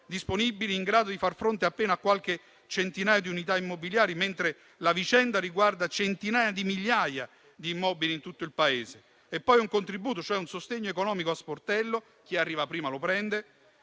disponibili, in grado di far fronte appena a qualche centinaia di unità immobiliari, mentre la vicenda riguarda centinaia di migliaia di immobili in tutto il Paese. Vi è poi un contributo, cioè un sostegno economico a sportello (tale per cui chi arriva prima lo prende),